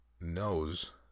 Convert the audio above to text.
knows